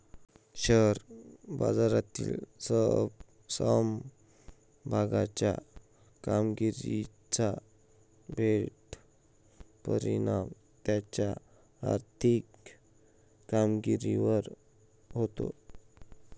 share बाजारातील समभागाच्या कामगिरीचा थेट परिणाम त्याच्या आर्थिक कामगिरीवर होतो